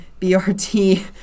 BRT